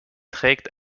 trägt